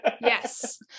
Yes